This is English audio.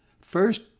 First